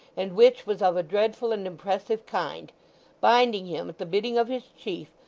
and which was of a dreadful and impressive kind binding him, at the bidding of his chief,